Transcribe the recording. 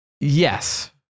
Yes